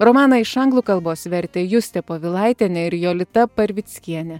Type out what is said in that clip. romaną iš anglų kalbos vertė justė povilaitienė ir jolita parvickienė